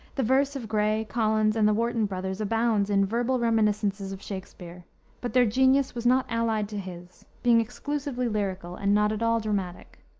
the verse of gray, collins, and the warton brothers, abounds in verbal reminiscences of shakspere but their genius was not allied to his, being exclusively lyrical, and not at all dramatic.